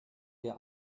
der